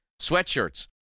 sweatshirts